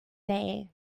day